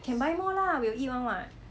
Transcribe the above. can buy more lah we will eat [one] [what]